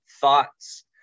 thoughts